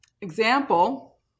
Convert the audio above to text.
example